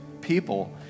people